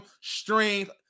strength